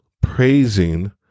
praising